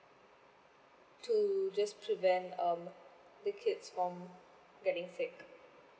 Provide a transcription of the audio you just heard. to just prevent um the kids from getting sick